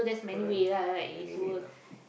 correct many way lah